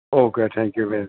okay thank you very much